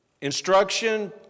instruction